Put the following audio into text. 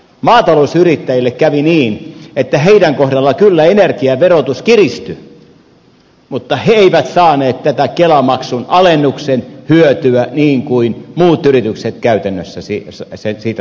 maatalousyrittäjille kävi niin että heidän kohdallaan kyllä energiaverotus kiristyi mutta he eivät saaneet tätä kelamaksun alennuksen hyötyä niin kuin muut yritykset käytännössä saivat